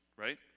right